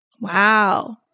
Wow